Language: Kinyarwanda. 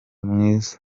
mwiza